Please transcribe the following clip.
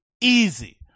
Easy